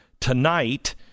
Tonight